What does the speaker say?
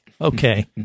Okay